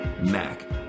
Mac